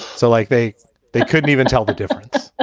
so, like, they they couldn't even tell the difference